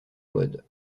mode